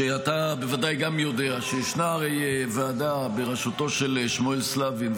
שאתה בוודאי גם יודע שישנה ועדה בראשותו של שמואל סלבין,